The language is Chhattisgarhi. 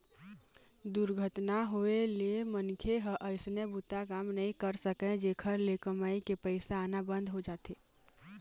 दुरघटना होए ले मनखे ह अइसने बूता काम नइ कर सकय, जेखर ले कमई के पइसा आना बंद हो जाथे